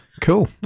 Cool